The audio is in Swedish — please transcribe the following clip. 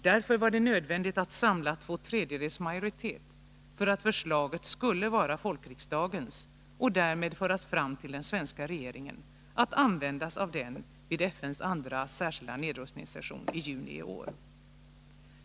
Därför var det nödvändigt att samla två tredjedels majoritet för att förslaget skulle vara folkriksdagens och därmed föras fram till den svenska regeringen, att användas av den vid FN:s andra särskilda nedrustningssektion i juni i år.